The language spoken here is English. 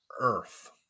earth